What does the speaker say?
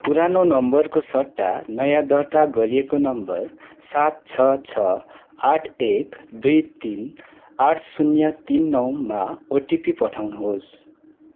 पुरानो नम्बरको सट्टा नयाँ दर्ता गरिएको नम्बर सात छ छ आठ एक दुई तिन आठ शून्य तिन नौमा ओटिपी पठाउनुहोस्